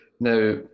Now